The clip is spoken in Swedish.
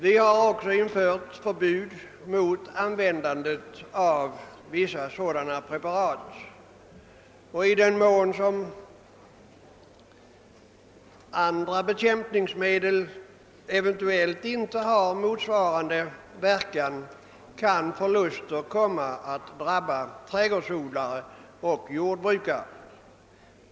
Det har också införts förbud mot användande av vissa sådana preparat. I den mån andra bekämpningsmedel inte har motsvarande verkan kan förluster komma att drabba trädgårdsodlare och jordbrukare.